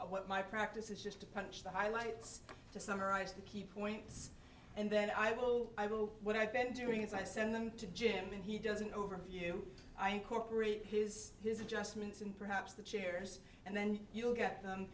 so what my practice is just to punch the highlights to summarize the key points and then i will go what i've been doing as i send them to jim and he doesn't overview i incorporate his his adjustments in perhaps the chairs and then you'll get them